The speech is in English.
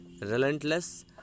relentless